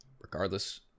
regardless